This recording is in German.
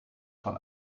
von